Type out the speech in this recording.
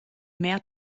mehr